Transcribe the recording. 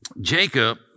Jacob